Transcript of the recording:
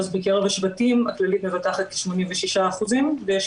אז בקרב השבטים הכללית מבטחת כ-86% ויש